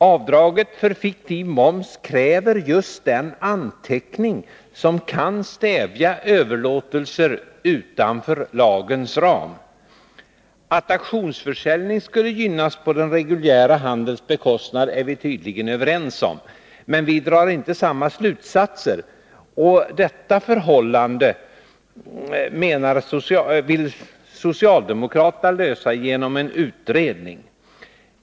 Avdrag för fiktiv moms kräver just den anteckning som kan stävja överlåtelser utanför lagens ram. Att auktionsförsäljningen skulle gynnas på den reguljära handelns bekostnad är vi tydligen överens om, men vi drar inte samma slutsatser. Detta problem vill socialdemokraterna lösa genom en utredning.